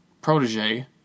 protege